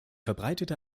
verbreitete